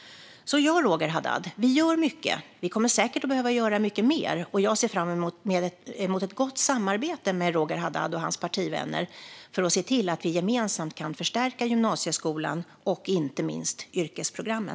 Ja, Roger Haddad, vi gör mycket. Vi kommer säkert att behöva göra mycket mer, och jag ser fram emot ett gott samarbete med Roger Haddad och hans partivänner för att se till att vi gemensamt kan förstärka gymnasieskolan och inte minst yrkesprogrammen.